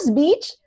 beach